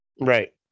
Right